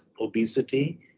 obesity